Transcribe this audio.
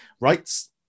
rights